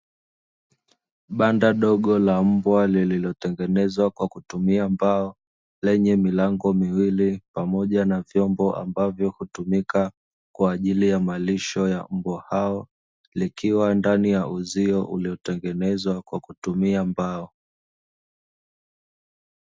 Banda dogo la mbwa lililotengenezwa kwa kutumia mbao, lenye milango miwili pamoja na vyombo ambavyo hutumika kwa ajili ya malisho ya mbwa hao, likiwa ndani ya uzio uliotengenezwa kwa kutumia mbao.